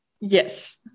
Yes